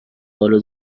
حالو